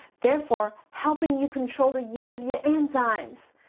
therefore, helping you control the use of your enzymes.